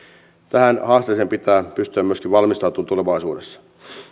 tähän haasteeseen pitää pystyä myöskin valmistautumaan tulevaisuudessa